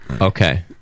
Okay